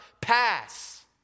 pass